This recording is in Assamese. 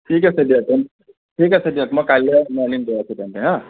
ঠিক আছে দিয়ক ঠিক আছে দিয়ক মই কালিলৈ মৰ্ণিং গৈ আছো তেন্তে হা